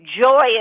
joyous